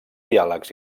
diàlegs